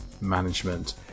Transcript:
management